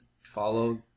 follow